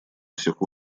всех